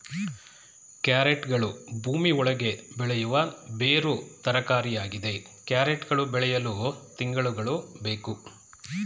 ಕ್ಯಾರೆಟ್ಗಳು ಭೂಮಿ ಒಳಗೆ ಬೆಳೆಯುವ ಬೇರು ತರಕಾರಿಯಾಗಿದೆ ಕ್ಯಾರೆಟ್ ಗಳು ಬೆಳೆಯಲು ತಿಂಗಳುಗಳು ಬೇಕು